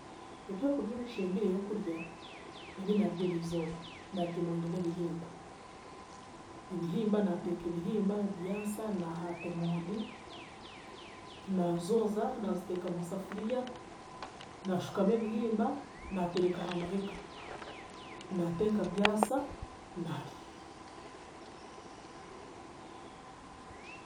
Ebyokurya ebi nshembireyo kurya, ebinaarya eriizooba, naarya emondi n'ebihimba. Ebihimba naateeka ebihimba byasa, naahaata emondi, naazooza naaziteeka mu safuriya, naashukamu ebihimba, naatereka aha mahega. Naateeka byasa naarya.